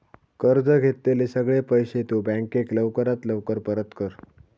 कर्ज घेतलेले सगळे पैशे तु बँकेक लवकरात लवकर परत कर